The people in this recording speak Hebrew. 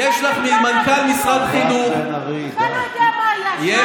אתה מקבל מידע מהתקשורת, מירב בן ארי, די.